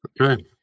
okay